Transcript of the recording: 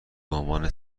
بعنوان